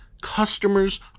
customers